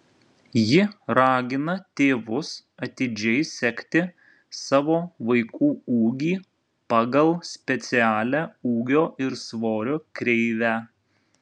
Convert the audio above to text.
ji ragina tėvus atidžiai sekti savo vaikų ūgį pagal specialią ūgio ir svorio kreivę